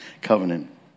covenant